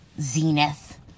zenith